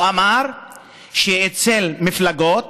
הוא אמר שאצל מפלגות